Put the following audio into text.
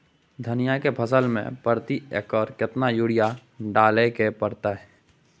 धनिया के फसल मे प्रति एकर केतना यूरिया डालय के परतय?